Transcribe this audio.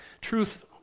truth